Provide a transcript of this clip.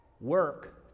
work